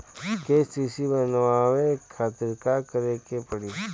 KCC बनवावे खातिर का करे के पड़ी?